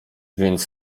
więc